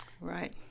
right